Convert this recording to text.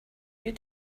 you